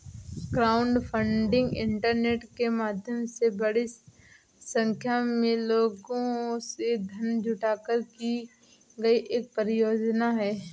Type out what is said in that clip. crowdfunding internet के माध्यम से बड़ी संख्या में लोगों से धन जुटाकर की गई एक परियोजना है